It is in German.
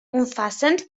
umfassend